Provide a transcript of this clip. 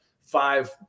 five